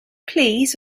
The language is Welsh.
plîs